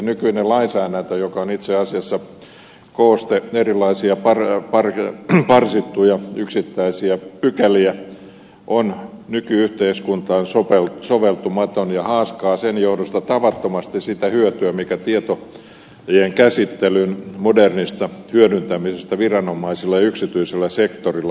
nykyinen lainsäädäntö joka on itse asiassa kooste erilaisia parsittuja yksittäisiä pykäliä on nyky yhteiskuntaan soveltumaton ja haaskaa sen johdosta tavattomasti sitä hyötyä mitä tietojenkäsittelyn modernista hyödyntämisestä viranomaisille ja yksityiselle sektorille olisi